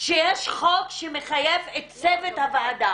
שיש חוק שמחייב את צוות הוועדה